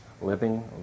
living